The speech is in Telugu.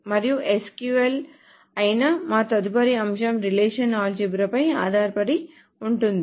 మరియు SQL అయిన మా తదుపరి అంశం రిలేషనల్ ఆల్జీబ్రాపై ఆధారపడి ఉంటుంది